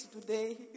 today